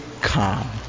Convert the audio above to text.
calm